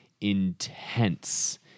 intense